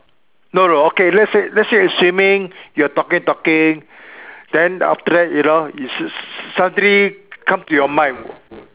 no no okay let's say let's say assuming you are talking talking then after that you know it s~ s~ suddenly come to your mind